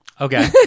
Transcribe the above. Okay